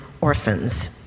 orphans